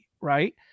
right